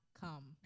come